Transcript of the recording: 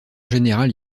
général